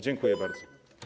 Dziękuję bardzo.